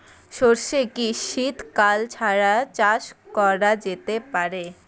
সর্ষে কি শীত কাল ছাড়া চাষ করা যেতে পারে?